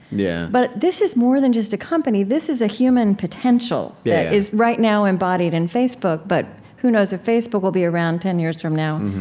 yeah but this is more than just a company. this is a human potential that yeah is right now embodied in facebook. but who knows if facebook will be around ten years from now?